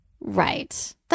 Right